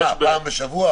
פעם בשבוע?